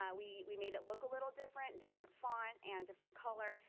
um we we made it look a little different, different font and different color,